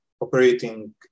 operating